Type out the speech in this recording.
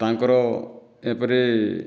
ତାଙ୍କର ଏପରି